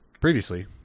Previously